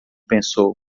pensou